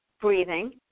breathing